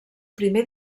primer